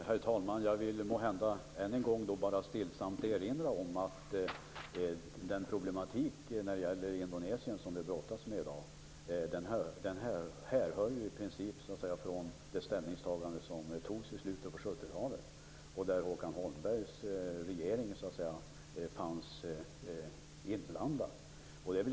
Herr talman! Jag vill måhända än en gång bara stillsamt erinra om att den problematik med Indonesien som vi brottas med i dag hörrör från det ställningstagande som gjordes i slutet på 70-talet, i vilket Håkan Holmbergs regering så att säga var inblandad.